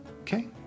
Okay